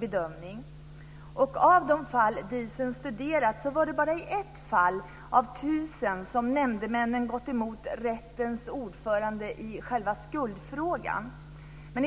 bedömning. Av de fall Diesen studerat var det bara i ett fall av tusen som nämndemännen gått emot rättens ordförande i själva skuldfrågan.